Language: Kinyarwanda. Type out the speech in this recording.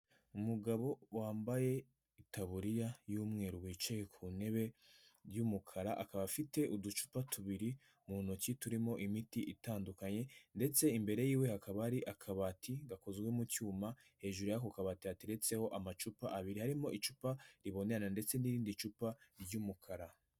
Umugabo wambaye itaburiya y'umweru wicaye ku ntebe ry'umukara, akaba afite uducupa tubiri mu ntoki turimo imiti itandukanye, ndetse imbere y'iwe hakaba hari akabati gakozwe mu cyuma, hejuru y'ako kabati hateretseho amacupa abiri. Harimo icupa ribonerana ndetse n'irindi cupa ry'umukara.